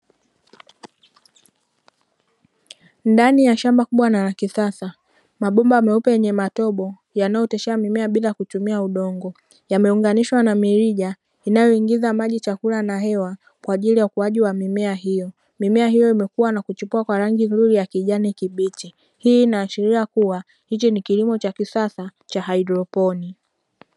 Ndani ya shamba kubwa na la kisasa mabomba meupe na yenye matobo yanayooteshea mimea bila kutumia udongo. Yameunganishwa na mirija inayoingiza maji, chakula na hewa kwa ajili ya ukuaji wa mimea hiyo. Mimea hiyo imekua na kuchipua kwa rangi nzuri ya kijani kibichi, hii inaashiria kuwa hichi ni kilimo cha kisasa cha haidroponi.